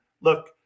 look